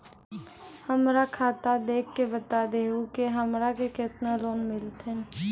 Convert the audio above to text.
हमरा खाता देख के बता देहु के हमरा के केतना लोन मिलथिन?